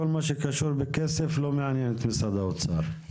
כל מה שקשור בכסף לא מעניין את משרד האוצר.